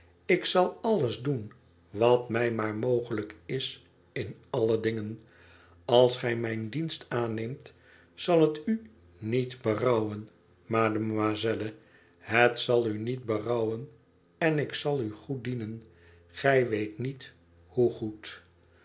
ik zal alles doen wat mij maar mogelijk is in alle dingen als gij mijn dienst aanneemt zal het u niet berouwen mademoiselle het zal u niet berouwen en ik zal u goed dienen gij weet niet hoe goed